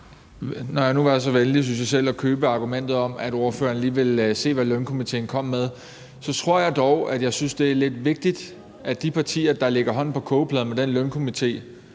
Når jeg nu var så venlig, synes jeg selv, at købe argumentet om, at ordføreren lige vil se, hvad lønstrukturkomitéen kommer med, vil jeg dog sige, at jeg synes, det er lidt vigtigt, at de partier, der lægger hånden på kogepladen med den lønstrukturkomité,